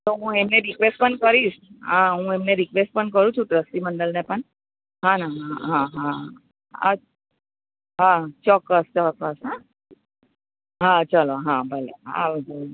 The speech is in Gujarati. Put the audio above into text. તો હું એમને રિક્વેસ્ટ પણ કરીશ હું એમને રિક્વેસ્ટ પણ કરું છું ટ્રસ્ટી મંડળ ને પણ હાં હાં હાં હાં ચોક્કસ ચોક્કસ હઁ હાં ચલો ભલે હાં આવજો